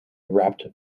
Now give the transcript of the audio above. wrapped